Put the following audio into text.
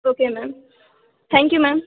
okay ma'am thank you ma'am